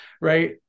Right